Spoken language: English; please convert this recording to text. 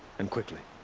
and quickly.